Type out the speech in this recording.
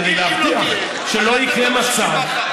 כדי להבטיח שלא יקרה מצב,